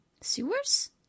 Sewers